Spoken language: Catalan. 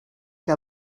que